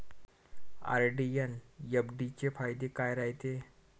RD अन FD चे फायदे काय रायते?